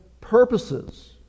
purposes